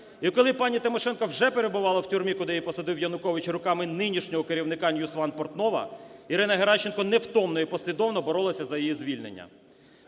І коли пані Тимошенко вже перебувала в тюрмі, куди її посадив Янукович руками нинішнього керівника NewsOne Портнова, Ірина Геращенко невтомно і послідовно боролася за її звільнення.